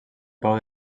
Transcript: peu